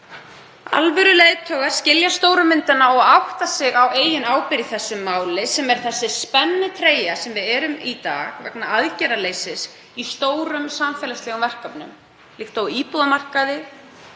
Alvöruleiðtogar skilja stóru myndina og átta sig á eigin ábyrgð í þessu máli, sem er þessi spennitreyja sem við erum í í dag vegna aðgerðaleysis í stórum samfélagslegum verkefnum, líkt og á íbúðamarkaði,